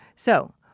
so,